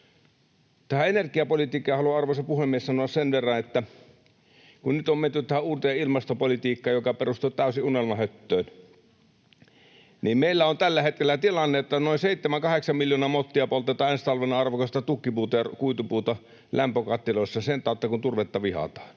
Tähän energiapolitiikkaan haluan, arvoisa puhemies, sanoa sen verran, että kun nyt on menty tähän uuteen ilmastopolitiikkaan, joka perustuu täysin unelmahöttöön, niin meillä on tällä hetkellä tilanne, että noin 7—8 miljoonaa mottia poltetaan ensi talvena arvokasta tukkipuuta ja kuitupuuta lämpökattiloissa sen tautta, kun turvetta vihataan